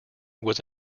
was